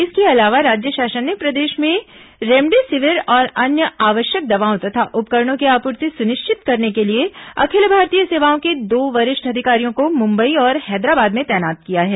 इसके अलावा राज्य शासन ने प्रदेश में रेमडेसिविर और अन्य आवश्यक दवाओं तथा उपकरणों की आपूर्ति सुनिश्चित करने के लिए अखिल भारतीय सेवाओं के दो वरिष्ठ अधिकारियों को मुंबई और हैदराबाद में तैनात किया है